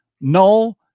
Null